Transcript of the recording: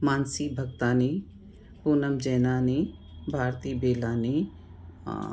Mansi Bhagtani Poonam Jaynani Bharti Belani